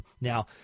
Now